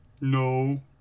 No